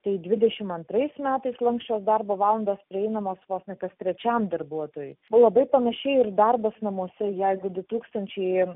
tai dvidešim antrais metais lanksčios darbo valandos prieinamos vos ne kas trečiam darbuotojui labai panašiai ir darbas namuose jeigu du tūkstančiai